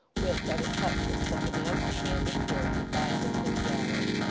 which at a touch from such a master-hand as his, would bind him to the gallows.